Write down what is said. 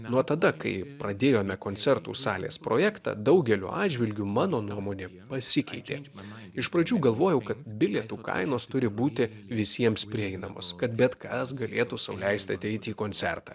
nuo tada kai pradėjome koncertų salės projektą daugeliu atžvilgiu mano nuomonė pasikeitė iš pradžių galvojau kad bilietų kainos turi būti visiems prieinamos kad bet kas galėtų sau leisti ateiti į koncertą